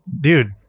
Dude